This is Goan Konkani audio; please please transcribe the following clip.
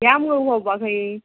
या मुगो भोंवपा खंय